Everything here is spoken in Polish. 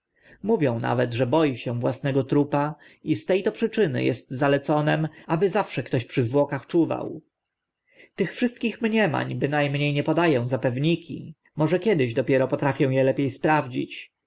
mówią nawet że boi się własnego trupa i z te to przyczyny est zaleconym aby zawsze ktoś przy zwłokach czuwał tych wszystkich mniemań byna mnie nie poda ę za pewniki może kiedyś dopiero potrafię e lepie sprawdzić